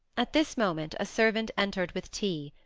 at this moment a servant entered with tea,